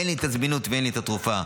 אין לי זמינות ואין לי תרופה.